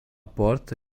porta